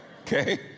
Okay